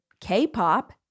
K-pop